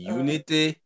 unity